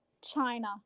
China